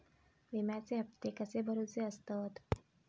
विम्याचे हप्ते कसे भरुचे असतत?